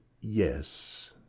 yes